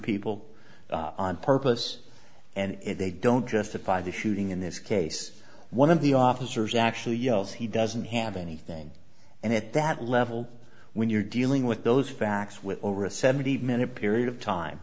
people on purpose and they don't justify the shooting in this case one of the officers actually yells he doesn't have anything and at that level when you're dealing with those facts with over a seventy minute period of time